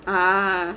ah